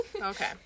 Okay